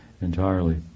entirely